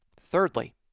Thirdly